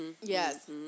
Yes